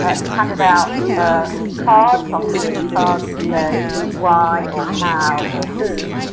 ah she handed out some cards, on some of these cards it said why or how or who.